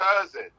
cousin